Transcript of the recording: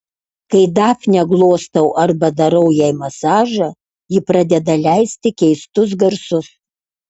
kai dafnę glostau arba darau jai masažą ji pradeda leisti keistus garsus